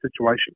situation